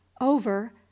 Over